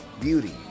Beauty